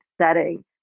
setting